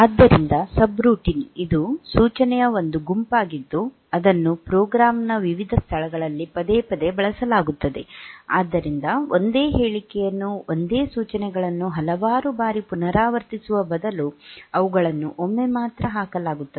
ಆದ್ದರಿಂದ ಸಬ್ರುಟೀನ್ ಇದು ಸೂಚನೆಯ ಒಂದು ಗುಂಪಾಗಿದ್ದು ಅದನ್ನು ಪ್ರೋಗ್ರಾಂನ ವಿವಿಧ ಸ್ಥಳಗಳಲ್ಲಿ ಪದೇ ಪದೇ ಬಳಸಲಾಗುತ್ತದೆ ಆದ್ದರಿಂದ ಒಂದೇ ಹೇಳಿಕೆಯನ್ನು ಒಂದೇ ಸೂಚನೆಗಳನ್ನು ಹಲವಾರು ಬಾರಿ ಪುನರಾವರ್ತಿಸುವ ಬದಲು ಅವುಗಳನ್ನು ಒಮ್ಮೆ ಮಾತ್ರ ಹಾಕಲಾಗುತ್ತದೆ